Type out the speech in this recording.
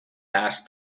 asked